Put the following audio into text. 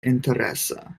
interesa